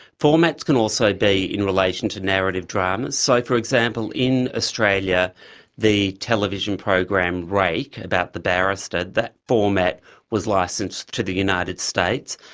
formats can also be in relation to narrative dramas. so, for example, in australia the television program rake about the barrister, that format was licenced to the united states,